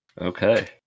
Okay